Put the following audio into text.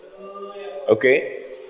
Okay